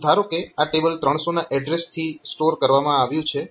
તો ધારો કે આ ટેબલ 300 ના એડ્રેસ થી સ્ટોર કરવામાં આવ્યું છે